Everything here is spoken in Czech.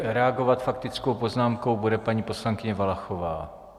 Reagovat faktickou poznámkou bude paní poslankyně Valachová.